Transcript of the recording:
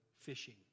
fishing